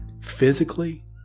Physically